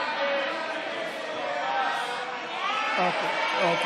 ההצעה להעביר לוועדה את הצעת חוק החלת הריבונות של מדינת ישראל בחבלי